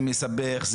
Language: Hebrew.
זה מסבך,